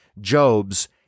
Job's